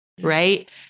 Right